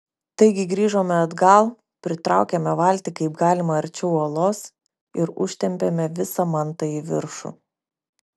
taigi grįžome atgal pritraukėme valtį kaip galima arčiau uolos ir užtempėme visą mantą į viršų